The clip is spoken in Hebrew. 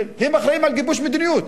הם אחראים לגיבוש מדיניות.